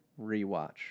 rewatch